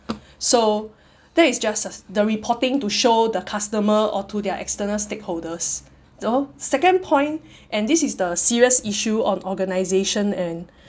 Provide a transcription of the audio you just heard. so that is just the reporting to show the customer or to their external stakeholders so second point and this is the serious issue on organisation and